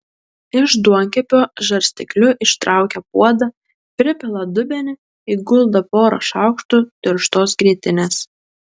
iš duonkepio žarstekliu ištraukia puodą pripila dubenį įguldo porą šaukštų tirštos grietinės